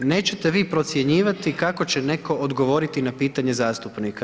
Neće vi procjenjivati kako će netko odgovori na pitanje zastupnika.